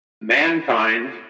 mankind